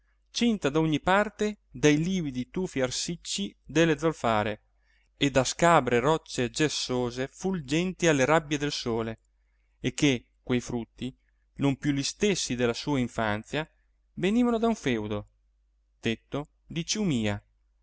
cinta da ogni parte dai lividi tufi arsicci delle zolfare e da scabre rocce gessose fulgenti alle rabbie del sole e che quei frutti non più gli stessi della sua infanzia venivano da un feudo detto di ciumìa